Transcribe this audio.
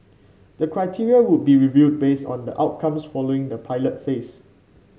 the criteria would be reviewed based on the outcomes following the pilot phase